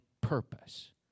purpose